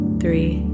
three